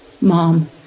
Mom